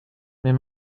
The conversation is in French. mais